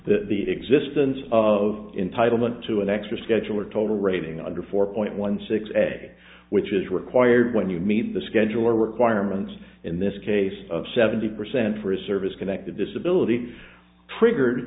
the existence of entitle them to an extra schedule or total rating under four point one six a which is required when you meet the scheduler requirements in this case of seventy percent for a service connected disability trigger